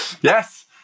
Yes